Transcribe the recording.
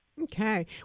Okay